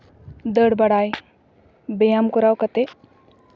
ᱫᱟᱹᱲ ᱵᱟᱲᱟᱭ ᱵᱮᱭᱟᱢ ᱠᱚᱨᱟᱣ ᱠᱟᱛᱮ